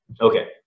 Okay